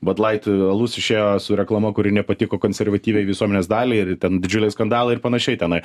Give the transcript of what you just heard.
bad lait alus išėjo su reklama kuri nepatiko konservatyviai visuomenės daliai ir ten didžiuliai skandalai ir panašiai tenai